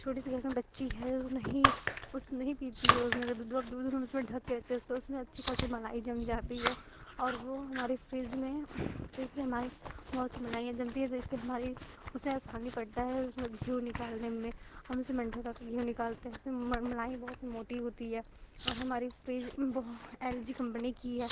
छोटी सी घर में बच्ची हैल नहीं उस नहीं पिती है उसमें दुधू दूध उसमें हम उसमें ढक कर रखते हैं तो उसमें अच्छी खासी मलाई जम जाती है और वो हमारे फ्रिज़ में फ्रिज से हमारी बहुत सी मलाई जमती है तो इससे हमारी उससे असानी पड़ता है उसमें घी निकालने में हम उस के घी निकालते हैं कि मलाई बहुत सी मोटी होती है और हमारी फ़्रिज बहुत एल जी कंपनी की है